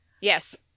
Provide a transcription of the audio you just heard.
Yes